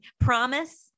Promise